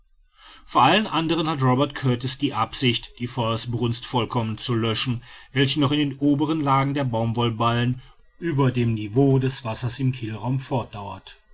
vor allem andern hat robert kurtis die absicht die feuersbrunst vollkommen zu löschen welche noch in den oberen lagen der baumwollballen über dem niveau des wassers im kielraum fortdauert